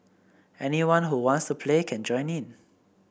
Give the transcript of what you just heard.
anyone who wants to play can join in